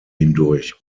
hindurch